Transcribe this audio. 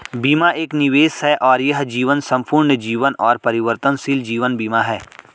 बीमा एक निवेश है और यह जीवन, संपूर्ण जीवन और परिवर्तनशील जीवन बीमा है